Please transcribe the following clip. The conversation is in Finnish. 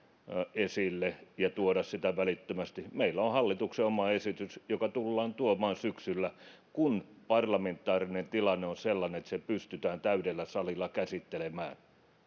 esille ja tuoda sitä välittömästi meillä on hallituksen oma esitys joka tullaan tuomaan syksyllä kun parlamentaarinen tilanne on sellainen että se pystytään täydellä salilla käsittelemään